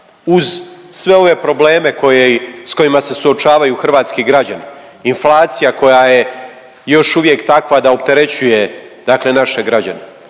Uz sve ove probleme s kojima se suočavaju hrvatski građani, inflacija koja je još uvijek takva da opterećuje naše građane.